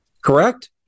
correct